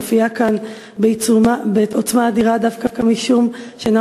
המופיעה בעוצמה אדירה דווקא משום שאינה